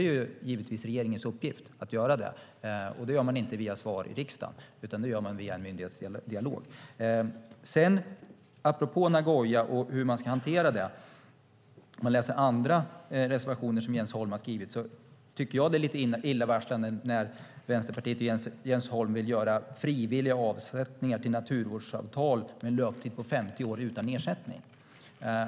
Det är givetvis regeringens uppgift att göra det, och det gör man inte via svar i riksdagen, utan det gör man via en myndighetsdialog. När det gäller Nagoya och hur man ska hantera det tycker jag att det är lite illavarslande när man läser andra reservationer som Jens Holm har skrivit där Vänsterpartiet och Jens Holm vill göra frivilliga avsättningar till naturvårdsavtal med en löptid på 50 år utan ersättning.